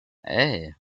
hey